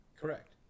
Correct